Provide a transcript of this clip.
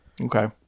Okay